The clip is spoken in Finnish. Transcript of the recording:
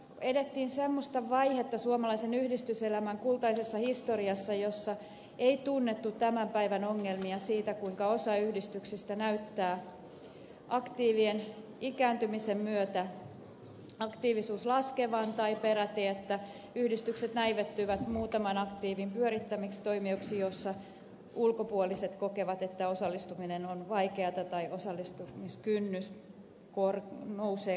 elettiin semmoista vaihetta suomalaisen yhdistyselämän kultaisessa historiassa jossa ei tunnettu tämän päivän ongelmia siitä kuinka osassa yhdistyksiä näyttää ikääntymisen myötä aktiivisuus laskevan tai peräti siitä että yhdistykset näivettyvät muutaman aktiivin pyörittämiksi toimijoiksi jolloin ulkopuoliset kokevat että osallistuminen on vaikeata tai osallistumiskynnys nousee korkeammaksi